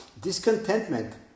Discontentment